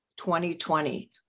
2020